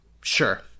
Sure